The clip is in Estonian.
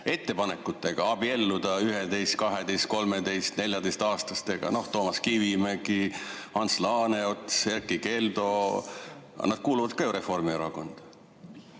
ettepanekutega: abielluda 11‑, 12‑, 13‑, 14‑aastastega. Toomas Kivimägi, Ants Laaneots ja Erkki Keldo – nad kuuluvad ka Reformierakonda.